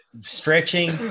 stretching